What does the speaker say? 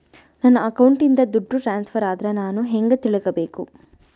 ನನ್ನ ಅಕೌಂಟಿಂದ ದುಡ್ಡು ಟ್ರಾನ್ಸ್ಫರ್ ಆದ್ರ ನಾನು ಹೆಂಗ ತಿಳಕಬೇಕು?